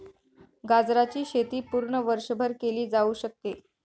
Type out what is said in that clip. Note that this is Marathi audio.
गाजराची शेती पूर्ण वर्षभर केली जाऊ शकते